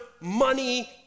money